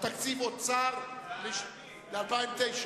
הסעיף התקציבי אוצר לשנת 2009?